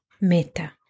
Meta